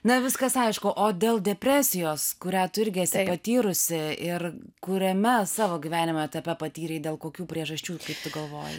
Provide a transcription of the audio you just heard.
na viskas aišku o dėl depresijos kurią tu irgi esi patyrusi ir kuriame savo gyvenimo etape patyrei dėl kokių priežasčių kaip tu galvoji